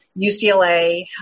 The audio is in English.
UCLA